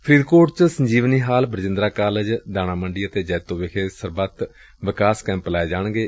ਫਰੀਦਕੋਟ ਚ Sanjivani hall Barjindra college ਦਾਣਾ ਮੰਡੀ ਅਤੇ ਜੈਤੋ ਵਿਖੇ ਸਰਬੱਤ ਵਿਕਾਸ ਕੈਂਪ ਲਗਾਏ ਜਾਣਗੇ